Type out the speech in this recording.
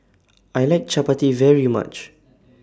I like Chappati very much